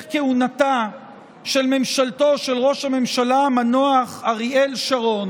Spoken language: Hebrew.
כהונתה של ממשלתו של ראש הממשלה המנוח אריאל שרון